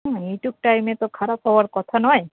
হুম এটুক টাইমে তো খারাপ হওয়ার কথা নয়